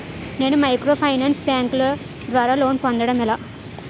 నేను మైక్రోఫైనాన్స్ బ్యాంకుల ద్వారా లోన్ పొందడం ఎలా?